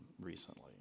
recently